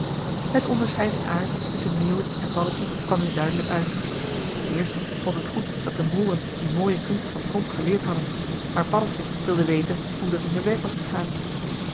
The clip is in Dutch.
het onderscheid in aard tusschen meeuwis en paddeltje kwam nu duidelijk uit de eerste vond het goed dat de mooren die mooie kunst van tromp geleerd hadden maar paddeltje wilde weten hoe dat in zijn werk was gegaan